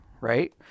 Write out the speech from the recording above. right